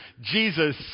Jesus